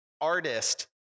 artist